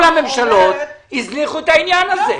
כל הממשלות הזניחו את העניין הזה.